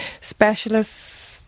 specialists